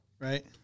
right